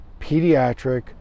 pediatric